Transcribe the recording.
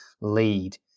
lead